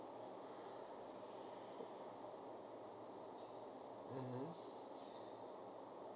mmhmm